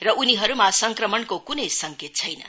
र उनीहरूमा संक्रमणको कुनै संकेत छैन